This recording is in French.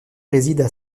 résident